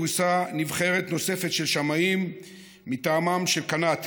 גויסה נבחרת נוספת של שמאים מטעמם של קנ"ט,